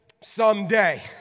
someday